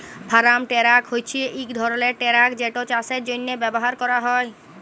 farm tractor হছে ইক ধরলের টেরাক যেট চাষের জ্যনহে ব্যাভার ক্যরা হয়